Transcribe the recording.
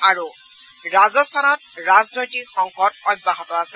আৰু ৰাজস্থানত ৰাজনৈতিক সংকট অব্যাহত আছে